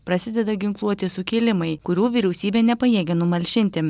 prasideda ginkluoti sukilimai kurių vyriausybė nepajėgia numalšinti